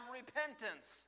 repentance